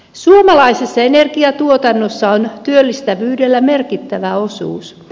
suomalaisessa energiatuotannossa on työllistävyydellä merkittävä osuus